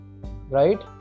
Right